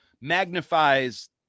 magnifies